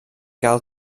gael